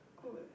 good